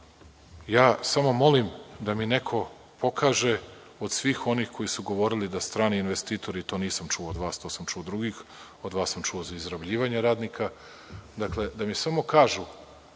samo molim da mi neko pokaže od svih onih koji su govorili da strani investitori, to nisam čuo od vas, to sam čuo od drugih, od vas sam čuo za izrabljivanje radnika, dakle da mi samo kažu